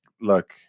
look